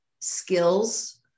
skills